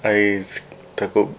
I takut